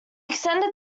extended